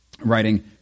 writing